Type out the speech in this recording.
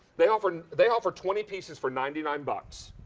they offer and they offer twenty pieces for ninety nine bucks.